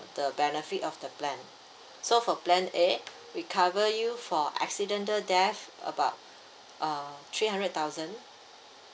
the benefit of the plan so for plan a we cover you for accidental death about uh three hundred thousand